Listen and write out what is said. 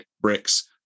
bricks